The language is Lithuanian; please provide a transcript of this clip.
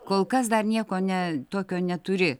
kol kas dar nieko ne tokio neturi